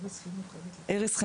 איריס,